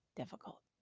difficult